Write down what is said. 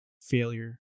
failure